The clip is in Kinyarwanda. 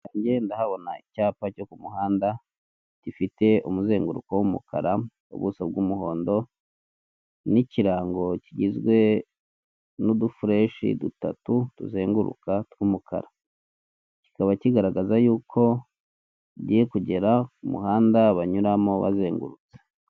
Imbere yange ndahabona icyapa cyo ku muhanda gifite umuzenguruko w'umukara, ubuso bw'umuhondo n'ikirango kigizwe n'udufureshi dutatu tuzenguruka tw'umukara. Kikaba kigaragaza y'uko ugiye kugera mu muhanda banyuramo bazengurutsa.